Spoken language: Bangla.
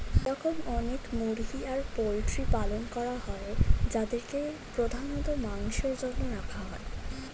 এরম অনেক মুরগি আর পোল্ট্রির পালন করা হয় যাদেরকে প্রধানত মাংসের জন্য রাখা হয়